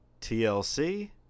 TLC